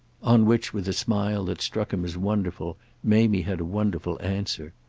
on which with a smile that struck him as wonderful mamie had a wonderful answer.